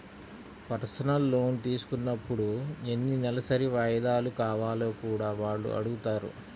personal loan తీసుకున్నప్పుడు ఎన్ని నెలసరి వాయిదాలు కావాలో కూడా వాళ్ళు అడుగుతారు